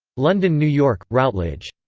london new york routledge.